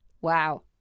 wow